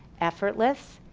effortless,